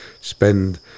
spend